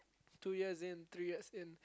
two years in three years in